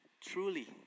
truly